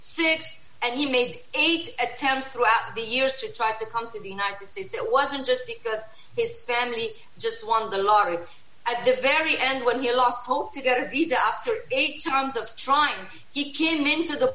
six and he made eight attempts throughout the years to try to come to the united states it wasn't just because his family just won the lottery at the very end when he lost hope to go easy after eight terms of trying he came into the